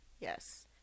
Yes